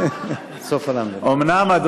אומנם,